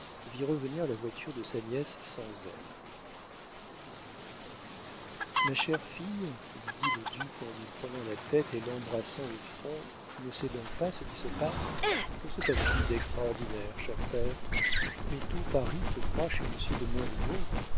vit revenir la voiture de sa nièce sans elle ma chère fille lui dit le duc en lui prenant la tête et l'embrassant au front tu ne sais donc pas ce qui se passe que se passe-t-il d'extraordinaire cher père mais tout paris te croit chez monsieur de